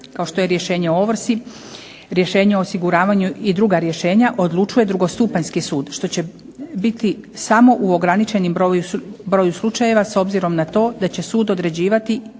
kao što je rješenje o ovrsi, rješenje o osiguravanju i druga rješenja odlučuje drugostupanjski sud, što će biti samo u ograničenom broju slučajeva, s obzirom na to da će sud određivati